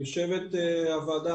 יושבת-ראש הוועדה,